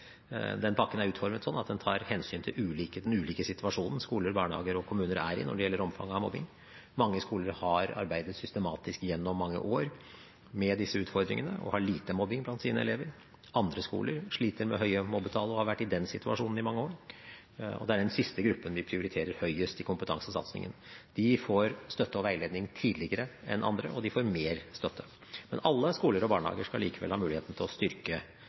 Den pakken er utformet slik at den tar hensyn til den ulike situasjonen skoler, barnehager og kommuner er i når det gjelder omfanget av mobbing. Mange skoler har arbeidet systematisk gjennom mange år med disse utfordringene og har lite mobbing blant sine elever. Andre skoler sliter med høye mobbetall og har vært i den situasjonen i mange år. Det er den siste gruppen vi prioriterer høyest i kompetansesatsingen. De får støtte og veiledning tidligere enn andre, og de får mer støtte. Men alle skoler og barnehager skal likevel ha muligheten til å styrke